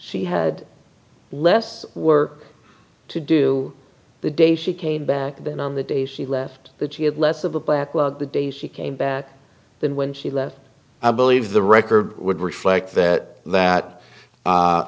she had less work to do the day she came back then on the day she left that she had less of a black log the day she came back than when she left i believe the record would reflect that that